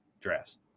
drafts